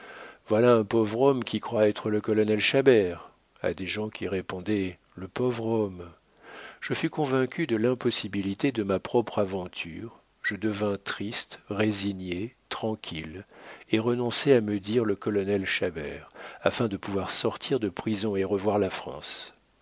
voilà un pauvre homme qui croit être le colonel chabert à des gens qui répondaient le pauvre homme je fus convaincu de l'impossibilité de ma propre aventure je devins triste résigné tranquille et renonçai à me dire le colonel chabert afin de pouvoir sortir de prison et revoir la france